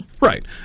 right